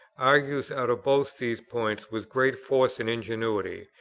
argues out both these points with great force and ingenuity,